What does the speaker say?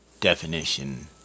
definition